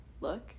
look